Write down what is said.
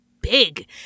big